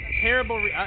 terrible –